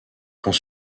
quand